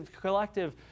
collective